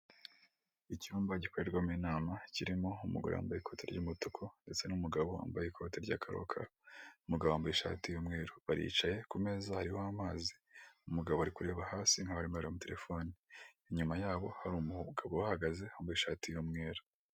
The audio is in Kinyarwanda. Icyumba gikorerwamo inama, kirimo umugore wambaye ikoti ry'umutuku ndetse n'umugabo wambaye ikoti ryakarokaro, umugabo wambaye ishati y'umweru, baricaye kumeza hariho amazi, umugabo ari kureba hasi nkaho arimo areba muri terefone, inyuma yabo hari umugabo uhagaze wambaye ishati y'umweru.